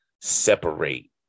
separate